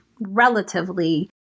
relatively